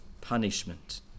punishment